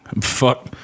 Fuck